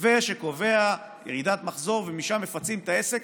מתווה שקובע ירידת מחזור ומשם מפצים את העסק,